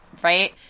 right